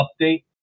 update